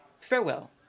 Farewell